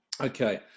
okay